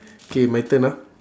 K my turn ah